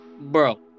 bro